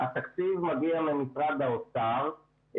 התקציב מגיע ממשרד האוצר,